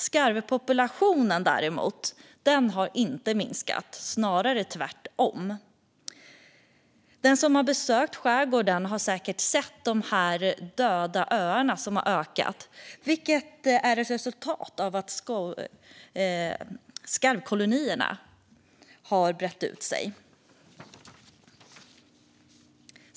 Skarvpopulationen däremot har inte minskat, snarare tvärtom. Den som har besökt skärgården har säkert sett de här döda öarna, som har ökat som ett resultat av att skarvkolonierna har brett ut sig.